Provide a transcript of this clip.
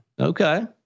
Okay